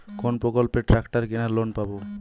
কোন প্রকল্পে ট্রাকটার কেনার লোন পাব?